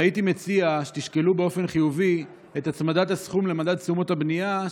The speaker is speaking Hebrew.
הייתי מציע שתשקלו באופן חיובי את הצמדת הסכום למדד תשומות הבנייה,